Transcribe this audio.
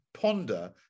ponder